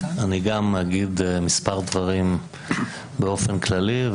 אגיד מספר דברים באופן כללי,